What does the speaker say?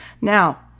Now